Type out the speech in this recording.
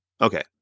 Okay